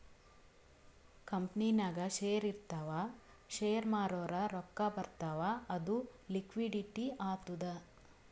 ಕಂಪನಿನಾಗ್ ಶೇರ್ ಇರ್ತಾವ್ ಶೇರ್ ಮಾರೂರ್ ರೊಕ್ಕಾ ಬರ್ತಾವ್ ಅದು ಲಿಕ್ವಿಡಿಟಿ ಆತ್ತುದ್